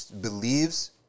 believes